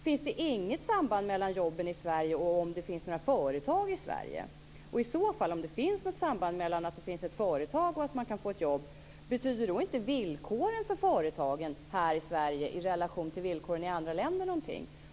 Finns det inget samband mellan jobben i Sverige och huruvida det finns några företag här? Om det finns ett samband mellan att det finns ett företag och att man kan få ett jobb - betyder då inte villkoren för företagen här i Sverige i relation till villkoren i andra länder någonting?